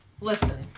Listen